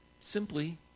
Simply